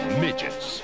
midgets